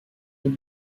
est